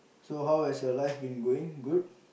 so how is your life been going good